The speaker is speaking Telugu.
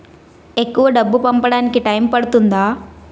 ఎక్కువ డబ్బు పంపడానికి టైం పడుతుందా?